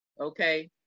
Okay